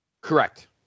Correct